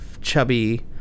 chubby